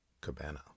cabana